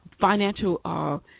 financial